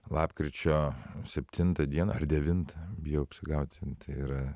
lapkričio septintą dieną ar devintą bijau apsigauti tai yra